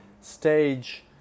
stage